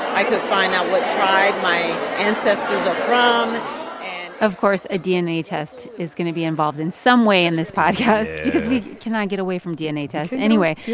i could find out what tribe my ancestors are from of course, a dna test is going to be involved in some way in this podcast. yeah. because we cannot get away from dna tests. anyway.